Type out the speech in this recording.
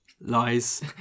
lies